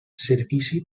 servici